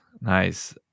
Nice